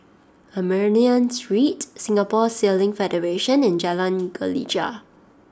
Armenian Street Singapore Sailing Federation and Jalan Gelegar